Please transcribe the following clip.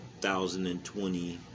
2020